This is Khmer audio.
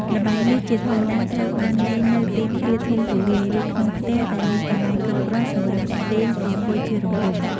ល្បែងនេះជាធម្មតាត្រូវបានលេងនៅទីធ្លាធំទូលាយ ឬក្នុងផ្ទះដែលមានកន្លែងគ្រប់គ្រាន់សម្រាប់អ្នកលេងអង្គុយជារង្វង់។